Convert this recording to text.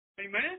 Amen